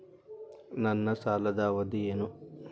ನನ್ನ ಸಾಲದ ಅವಧಿ ಏನು?